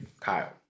Kyle